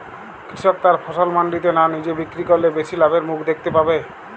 কৃষক তার ফসল মান্ডিতে না নিজে বিক্রি করলে বেশি লাভের মুখ দেখতে পাবে?